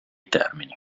termini